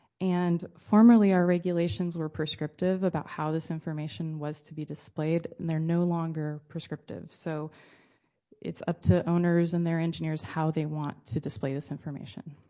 and formerly our regulations were prescriptive about how this information was to be displayed, and they're no longer prescriptive. so it's up to owners and their engineers how they want to display this information,